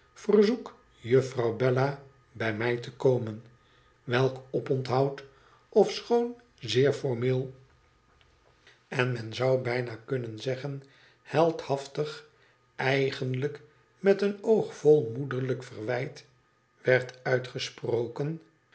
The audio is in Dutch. juffrouw bella bij mij te komen welk opontbod ofschoon zeer formeel en men zou bijna kunnen zeggen heldhaftige eigenlijk met een oog vol moederlijk verwijt werd uitgesproken